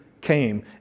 came